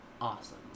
awesome